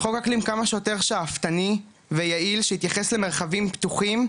חוק אקלים כמה שיותר שאפתני ויעיל שיתייחס למרחבים פתוחים,